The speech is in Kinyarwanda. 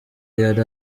yari